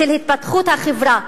של התפתחות החברה.